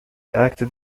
acted